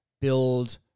build